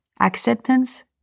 Acceptance